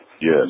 Yes